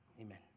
Amen